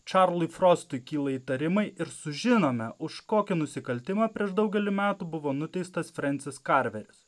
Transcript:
čarlzui frostui kyla įtarimai ir sužinome už kokį nusikaltimą prieš daugelį metų buvo nuteistas frencis karveris